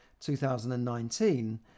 2019